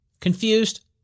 Confused